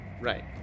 right